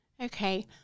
Okay